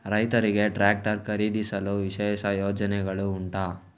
ರೈತರಿಗೆ ಟ್ರಾಕ್ಟರ್ ಖರೀದಿಸಲು ವಿಶೇಷ ಯೋಜನೆಗಳು ಉಂಟಾ?